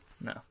No